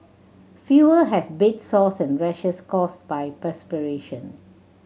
fewer have bed sores and rashes caused by perspiration